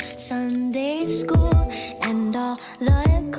sunday school and all the